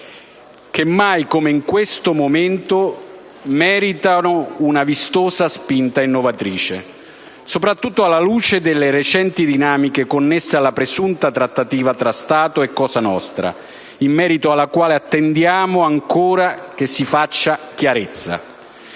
Mai come in questo momento esse meritano, infatti, una vistosa spinta innovatrice, soprattutto alla luce delle recenti dinamiche connesse alla presunta trattativa tra Stato e cosa nostra, in merito alla quale attendiamo ancora che si faccia chiarezza,